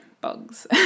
bugs